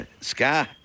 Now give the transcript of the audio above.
sky